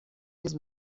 نیز